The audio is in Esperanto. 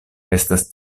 estas